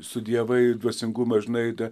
studijavai dvasingumą žinai da